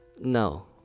No